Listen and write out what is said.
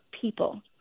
people